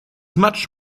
much